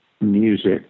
music